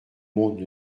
monde